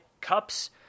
Cups